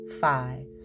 five